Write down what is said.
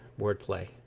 wordplay